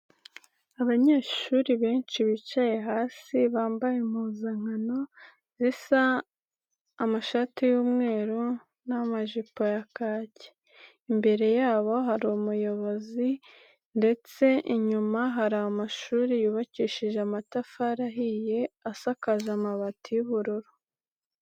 Abanyeshuri benshi bicaye hasi bambaye impuzankano zisa amashati y'umweru n'amajipo ya kaki, imbere yabo hari umuyobozi ndetse inyuma hari amashuri yubakishije amatafari ahiye asakaza amabati y'ubururu.